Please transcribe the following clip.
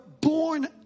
born